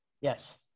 Yes